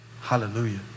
Hallelujah